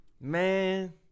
Man